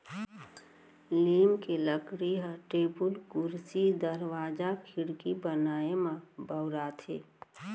लीम के लकड़ी ह टेबुल, कुरसी, दरवाजा, खिड़की बनाए म बउराथे